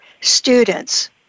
students